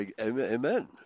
Amen